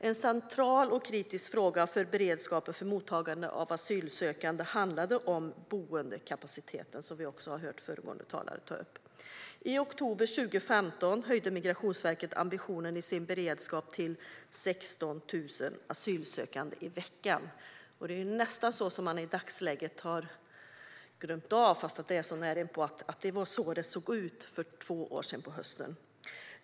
En central och kritisk fråga när det gäller beredskapen för mottagande av asylsökande handlade om boendekapaciteten, vilket föregående talare också har tagit upp. I oktober 2015 höjde Migrationsverket ambitionen till 16 000 asylsökande i veckan - i dagsläget har man nästan glömt att det såg ut på det sättet på hösten för två år sedan, trots att det är så nära inpå.